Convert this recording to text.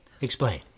Explain